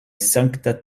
sankta